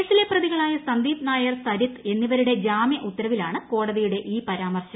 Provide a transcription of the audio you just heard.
കേസിലെ പ്രതികൾകളായ സന്ദീപ് നായർ സരിത്ത് എന്നിവരുടെ ജാമ്യ ഉത്തരവിലാണ് കോടതിയുടെ ഈ പരാമർശം